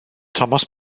thomas